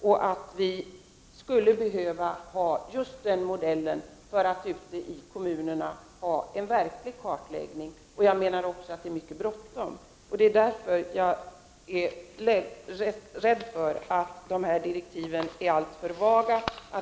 I kommunerna behöver vi den modellen för att få en verklig kartläggning, och jag menar också att det är mycket bråttom. Jag är rädd för att direktiven är alltför vaga.